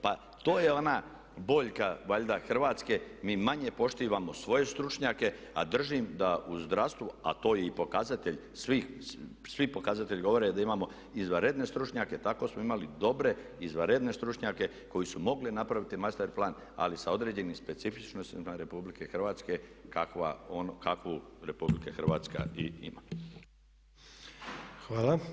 Pa to je ona boljka valjda Hrvatske, mi manje poštujemo svoje stručnjake a držim da u zdravstvu a to je i pokazatelj svih, svi pokazatelji govore da imamo izvanredne stručnjake, tako smo imali dobre izvanredne stručnjake koji su mogli napraviti master plan ali sa određenim specifičnostima RH kakvu RH i ima.